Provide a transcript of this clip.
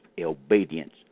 obedience